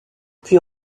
puis